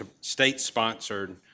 state-sponsored